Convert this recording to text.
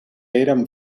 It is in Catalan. érem